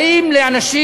באים לאנשים